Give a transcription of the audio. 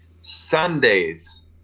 Sundays